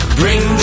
bring